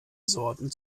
sorten